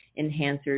enhancers